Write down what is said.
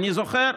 אני זוכר.